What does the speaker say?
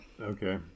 okay